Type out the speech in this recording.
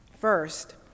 First